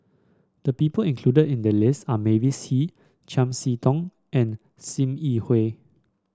the people included in the list are Mavis Hee Chiam See Tong and Sim Yi Hui